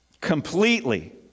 Completely